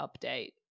update